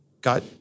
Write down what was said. got